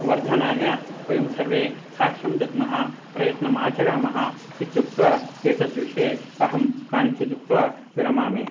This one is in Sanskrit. वर्धनाय वयं सर्वे साह्यं दद्मः प्रयत्नमाचरामः इत्युक्त्वा एतद्विषये अहं कानिचिदुक्त्वा विरमामि